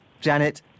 Janet